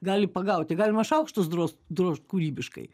gali pagauti galima šaukštus dros drožt kūrybiškai